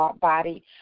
body